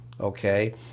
Okay